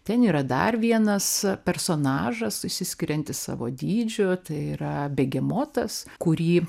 ten yra dar vienas personažas išsiskiriantis savo dydžiu tai yra begemotas kurį